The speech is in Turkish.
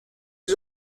yüz